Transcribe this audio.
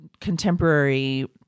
contemporary